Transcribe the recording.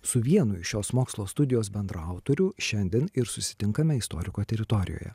su vienu iš šios mokslo studijos bendraautorių šiandien ir susitinkame istoriko teritorijoje